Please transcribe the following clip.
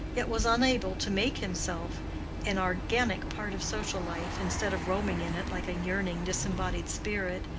yet was unable to make himself an organic part of social life, instead of roaming in it like a yearning disembodied spirit,